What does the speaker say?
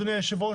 אדוני היושב-ראש,